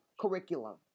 curriculum